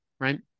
right